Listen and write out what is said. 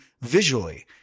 visually